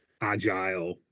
Agile